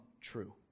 true